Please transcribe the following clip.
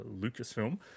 LucasFilm